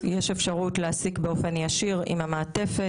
יש אפשרות להעסיק באופן ישיר עם המעטפת.